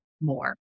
more